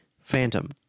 phantom